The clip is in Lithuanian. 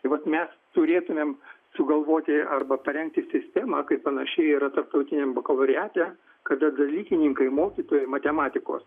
tai vat mes turėtumėm sugalvoti arba parengti sistemą kaip panašiai yra tarptautiniam bakalaureate kada dalykininkai mokytojai matematikos